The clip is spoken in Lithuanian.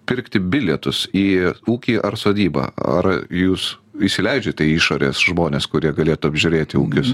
pirkti bilietus į ūkį ar sodybą ar jūs įsileidžiate išorės žmones kurie galėtų apžiūrėti ūkius